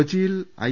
കൊച്ചിയിൽ ഐ